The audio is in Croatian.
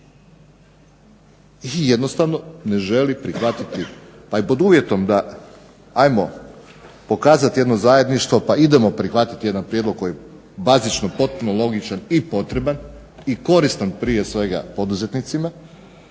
i jednostavno ne želi prihvatiti a i pod uvjetom da ajmo pokazati jedno zajedništvo pa idemo prihvatiti jedan prijedlog koji je bazično potpuno logičan i potreban i koristan prije svega poduzetnicima,